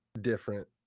different